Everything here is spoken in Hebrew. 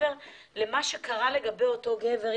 מדובר בגבר שהיכה בצורה כל כך אכזרית את הכלב.